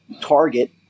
target